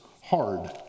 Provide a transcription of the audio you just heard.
hard